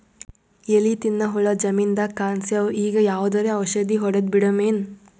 ಎಲಿ ತಿನ್ನ ಹುಳ ಜಮೀನದಾಗ ಕಾಣಸ್ಯಾವ, ಈಗ ಯಾವದರೆ ಔಷಧಿ ಹೋಡದಬಿಡಮೇನ?